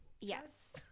yes